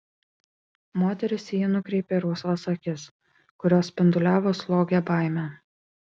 moteris į jį nukreipė rusvas akis kurios spinduliavo slogią baimę